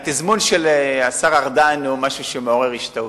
התזמון של השר ארדן הוא משהו שמעורר השתאות.